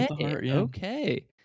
okay